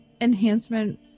enhancement